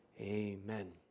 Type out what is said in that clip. amen